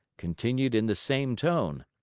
continued in the same tone